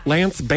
Lance